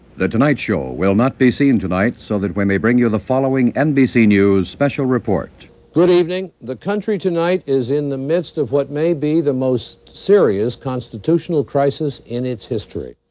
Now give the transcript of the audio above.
the tonight show will not be seen tonight so that we may bring you the following nbc news special report good evening. the country tonight is in the midst of what may be the most serious constitutional crisis in its history.